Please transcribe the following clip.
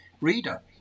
reader